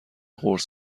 قرص